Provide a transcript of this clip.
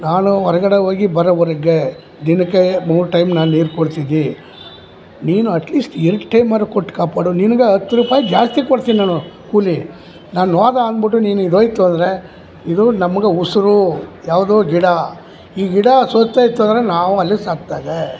ನಾನು ಹೊರ್ಗಡೆ ಹೋಗಿ ಬರೋವರ್ಗೆ ದಿನಕ್ಕೆ ಮೂರು ಟೈಮ್ ನಾನು ನೀರು ಕೊಡ್ತಿದ್ದಿ ನೀನು ಅಟ್ಲೀಸ್ಟ್ ಎರಡು ಟೈಮ್ ಅರ ಕೊಟ್ಟು ಕಾಪಾಡು ನಿನ್ಗೆ ಹತ್ತು ರುಪಾಯ್ ಜಾಸ್ತಿ ಕೊಡ್ತಿನಿ ನಾನು ಕೂಲಿ ನಾನು ಹೋದ ಅಂದ್ಬುಟ್ಟು ನೀನು ಇದು ಹೋಯ್ತು ಅಂದರೆ ಇದು ನಮ್ಗೆ ಉಸಿರು ಯಾವುದು ಗಿಡ ಈ ಗಿಡ ಸತ್ತ್ ಹೋಯ್ತು ಅಂದರೆ ನಾವು ಅಲ್ಲಿ ಸತ್ತಾಗ